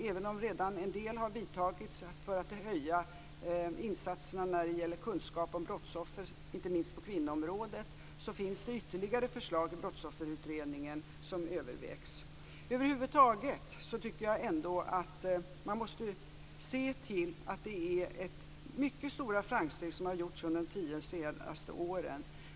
Även om en del åtgärder redan har vidtagits för att höja insatserna när det gäller kunskap om brottsoffer, inte minst på kvinnoområdet, finns det ytterligare förslag från Över huvud taget tycker jag ändå att man måste se till att det har gjorts mycket stora framsteg under de tio senaste åren.